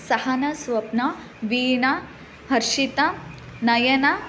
Sahana Swapna Veena Harshitha Nayana